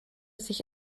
sich